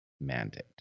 mandate